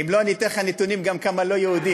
אם לא, אני אתן לך נתונים גם כמה לא יהודים.